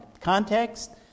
context